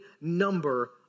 number